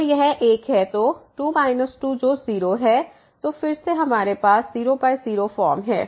तो यह 1 है तो 2 2 जो 0 है तो फिर से हमारे पास 00 फॉर्म है